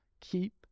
keep